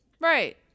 right